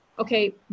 okay